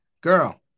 Girl